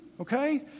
okay